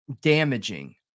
damaging